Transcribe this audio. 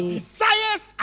desires